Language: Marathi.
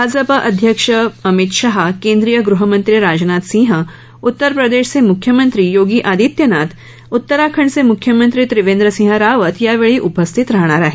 भाजप अध्यक्ष अमित शाह केंद्रीय गृहमंत्री राजनाथ सिंह उत्तर प्रदेशचे मुख्यमंत्री योगी आदित्यनाथ उत्तराखंडचे मुख्यमंत्री त्रिवेंद्र सिंह रावत यावेळी उपस्थित राहाणार आहेत